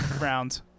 round